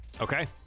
okay